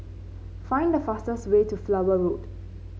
find the fastest way to Flower Road